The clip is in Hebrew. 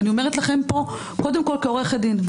אני אומרת לכם פה קודם כול כעורכת דין.